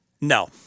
No